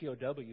POW